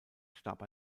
starb